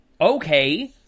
Okay